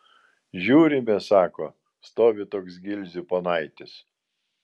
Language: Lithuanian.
žiūrime sako stovi toks gilzių ponaitis